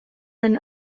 than